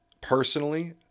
Personally